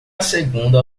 segunda